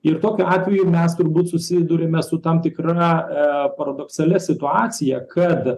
ir tokiu atveju mes turbūt susiduriame su tam tikra paradoksalia situacija kad